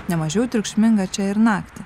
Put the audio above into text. ne mažiau triukšminga čia ir naktį